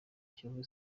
kiyovu